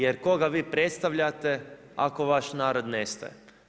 Jer koga vi predstavljate ako vaš narod nestaje?